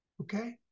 Okay